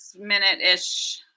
minute-ish